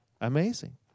amazing